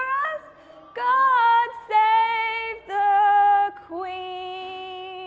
us god save the queen.